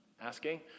asking